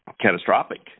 catastrophic